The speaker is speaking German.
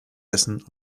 essen